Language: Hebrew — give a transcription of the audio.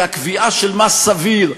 כי הקביעה מה סביר,